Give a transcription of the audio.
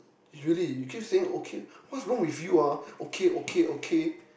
really you keep saying okay what's wrong with you ah okay okay okay